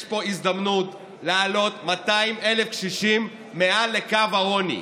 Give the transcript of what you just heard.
יש פה הזדמנות להעלות 200,000 קשישים מעל לקו העוני.